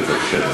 בבקשה,